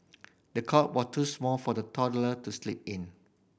the cot was too small for the toddler to sleep in